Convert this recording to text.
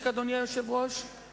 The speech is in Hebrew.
עניינים, שבן-אדם שאמור להיות